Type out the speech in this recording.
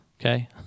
Okay